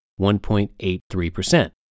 1.83%